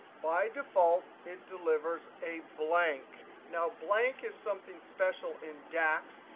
by default, it delivers a blank. now, blank is something special in dax,